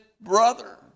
brother